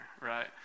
right